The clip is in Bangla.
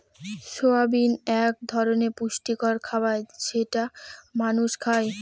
সয়াবিন এক ধরনের পুষ্টিকর খাবার যেটা মানুষ খায়